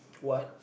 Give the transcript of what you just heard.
what